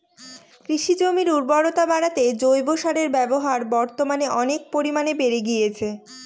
কৃষিজমির উর্বরতা বাড়াতে জৈব সারের ব্যবহার বর্তমানে অনেক পরিমানে বেড়ে গিয়েছে